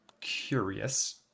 curious